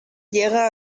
llega